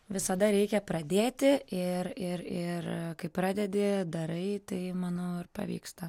visada reikia pradėti ir ir ir kai pradedi darai tai manau ir pavyksta